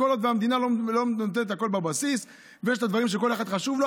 כל עוד המדינה לא נותנת הכול בבסיס ויש את הדברים שכל אחד חשוב לו,